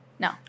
No